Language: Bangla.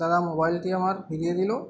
দাদা মোবাইলটি আমার ফিরিয়ে দিলো